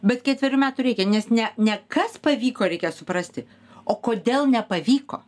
bet ketverių metų reikia nes ne ne kas pavyko reikia suprasti o kodėl nepavyko